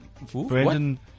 Brandon